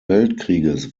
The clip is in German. weltkrieges